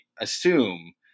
assume